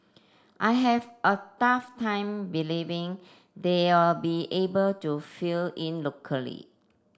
I have a tough time believing they'll be able to fill in locally